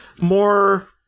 more